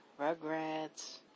Rugrats